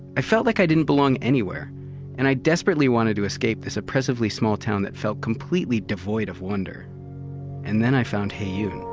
i felt like i didn't belong anywhere and i desperately wanted to escape this oppressively small town that felt completely devoid of wonder and then i found heyoon,